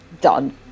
done